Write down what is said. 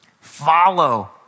Follow